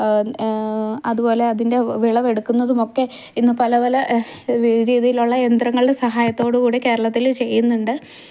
അതുപോലെ അതിൻ്റെ വിളവെടുക്കുന്നതുമൊക്കെ ഇന്ന് പല പലരീതിയിലുള്ള യന്ത്രങ്ങളുടെ സഹായത്തോട് കൂടെ കേരളത്തിൽ ചെയ്യുന്നുണ്ട്